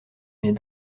mes